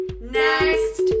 Next